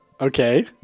Okay